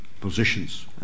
positions